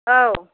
औ